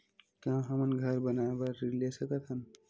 का हमन घर बनाए बार ऋण ले सकत हन?